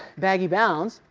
baggy bounds.